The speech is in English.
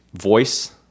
voice